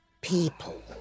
people